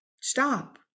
stop